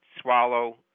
swallow